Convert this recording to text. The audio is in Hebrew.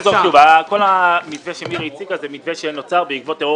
כל המתווה שמירי הציגה הוא מתווה שנוצר בעקבות טרור